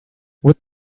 would